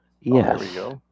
Yes